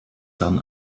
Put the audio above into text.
dann